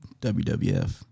WWF